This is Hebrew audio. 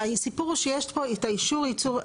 הסיפור הוא שיש פה את אישור ייצור,